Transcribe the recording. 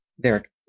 Derek